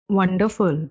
Wonderful